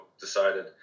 decided